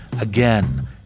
again